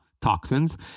toxins